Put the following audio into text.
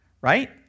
right